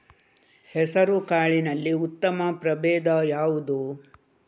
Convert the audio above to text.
ಹೆಸರುಕಾಳಿನಲ್ಲಿ ಉತ್ತಮ ಪ್ರಭೇಧ ಯಾವುದು?